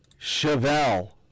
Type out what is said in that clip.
Chevelle